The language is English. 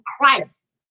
Christ